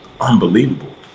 unbelievable